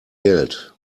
geld